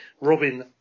Robin